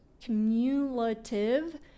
cumulative